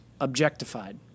objectified